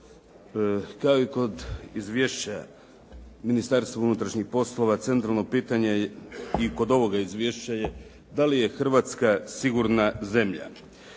Kao i kod izvješća Ministarstva unutarnjih poslova centralno pitanje i kod ovoga izvješća je da li je Hrvatska sigurna zemlja.